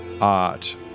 art